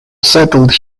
settled